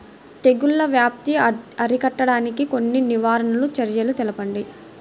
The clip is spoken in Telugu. తెగుళ్ల వ్యాప్తి అరికట్టడానికి కొన్ని నివారణ చర్యలు తెలుపండి?